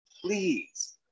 Please